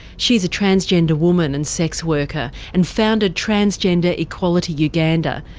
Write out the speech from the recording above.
she's a transgender woman and sex worker, and founded transgender equality uganda,